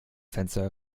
fenster